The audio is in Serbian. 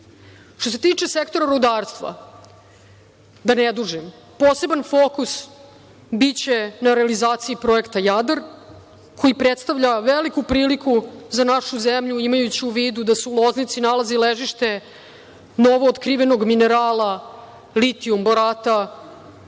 se tiče sektora rudarstva, da ne dužim, poseban fokus biće na realizaciji projekta „Jadar“ koji predstavlja veliku priliku za našu zemlju, imajući u vidu da se u Loznici nalazi ležište novootkrivenog minerala litijum borata,